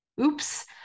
Oops